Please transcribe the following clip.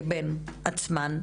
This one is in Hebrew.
לבין עצמן,